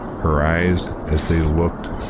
her eyes, as they looked,